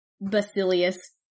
Basilius